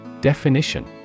Definition